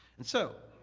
and so,